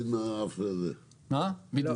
צריך גם לעשות את האכיפה --- הגברת הפיקוח,